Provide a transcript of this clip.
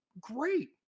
great